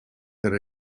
that